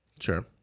Sure